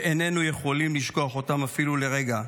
ואיננו יכולים לשכוח אותם אפילו לרגע.